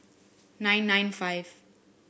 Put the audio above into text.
nine nine five